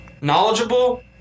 knowledgeable